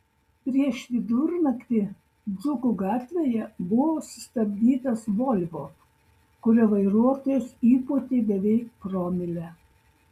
prieš vidurnaktį dzūkų gatvėje buvo sustabdytas volvo kurio vairuotojas įpūtė beveik promilę